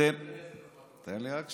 אתם, תן לי רק שנייה.